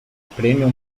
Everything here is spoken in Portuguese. prêmio